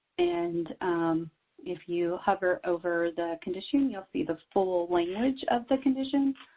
and if you hover over the condition, you'll see the full language of the condition,